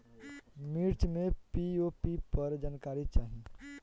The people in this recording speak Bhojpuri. मिर्च मे पी.ओ.पी पर जानकारी चाही?